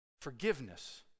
Forgiveness